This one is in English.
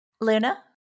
Luna